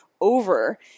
over